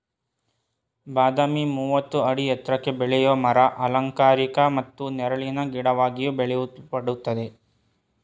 ಬಾದಾಮಿ ಮೂವತ್ತು ಅಡಿ ಎತ್ರಕ್ಕೆ ಬೆಳೆಯೋ ಮರ ಅಲಂಕಾರಿಕ ಮತ್ತು ನೆರಳಿನ ಗಿಡವಾಗಿಯೂ ಬೆಳೆಯಲ್ಪಡ್ತದೆ